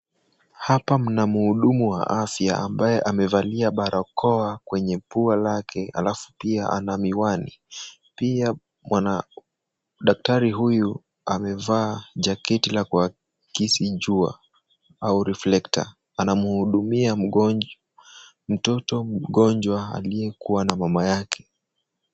Hapa mna mhudumu wa afya ambaye amevalia barakoa kwenye pua lake alafu pia ana miwani. Pia daktari huyu amevaa jaketi la kuakisi jua au reflector anamhudumia mtoto mgonjwa aliyekua na mama yake.